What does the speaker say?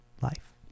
life